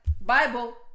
Bible